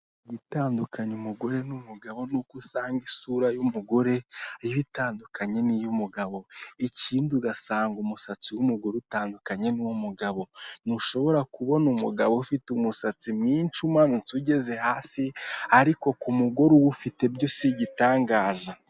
Gutandukanya umugore n'umugabo nuko usanga isura y'umugore iba itandukanye n'iy'umugabo, ikindi ugasanga umusatsi w'umugore utandukanye n'uw'umugabo, ntushobora kubona umugabo ufite umusatsi mwinshi umanutse ugeze hasi, ariko ku mugore uwufite byo si igitangaza.